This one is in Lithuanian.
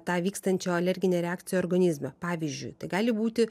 tą vykstančią alerginę reakciją organizme pavyzdžiui tai gali būti